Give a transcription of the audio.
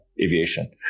aviation